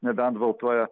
nebent baltuoja